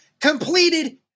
completed